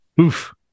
Oof